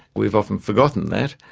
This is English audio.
we've often forgotten that.